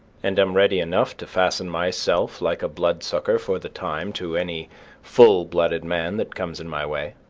and am ready enough to fasten myself like a bloodsucker for the time to any full-blooded man that comes in my way.